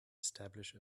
establish